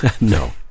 no